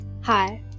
Hi